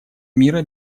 мира